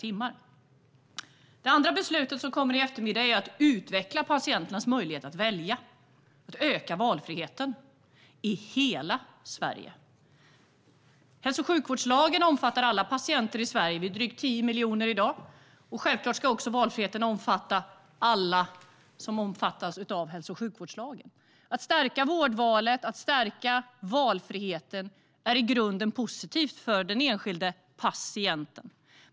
Eftermiddagens andra beslut handlar om att utveckla patienternas möjlighet att välja och att öka valfriheten i hela Sverige. Hälso och sjukvårdslagen omfattar alla patienter i Sverige, och vi är drygt 10 miljoner i dag. Självklart ska valfriheten också omfatta alla som omfattas av hälso och sjukvårdslagen. Att stärka vårdvalet och att stärka valfriheten är i grunden positivt för den enskilda patienten.